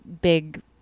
big